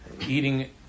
Eating